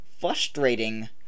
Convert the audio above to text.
frustrating